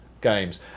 games